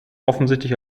offensichtlich